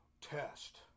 test